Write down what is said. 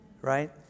right